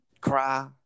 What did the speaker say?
cry